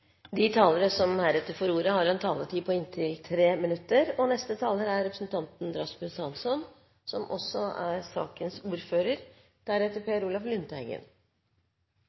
De talere som heretter får ordet, har en taletid på inntil 3 minutter. Etter vår oppfatning er